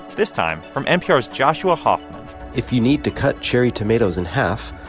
this time from npr's joshua hoffman if you need to cut cherry tomatoes in half,